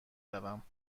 روم